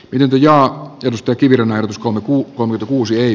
lintuja josta kivilinna usko makuu kolme kuusi ei